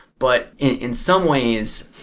but in some ways,